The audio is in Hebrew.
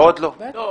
עוד לא.